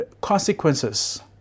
consequences